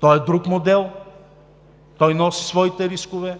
Той е друг модел и носи своите рискове.